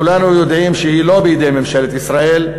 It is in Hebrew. כולנו יודעים שהיא לא בידי ממשלת ישראל,